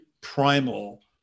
primal